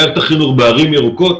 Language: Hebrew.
מערכת החינוך בערים ירוקות,